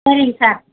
சரிங்க சார்